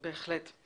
בהחלט.